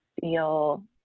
feel